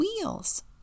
wheels